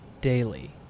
daily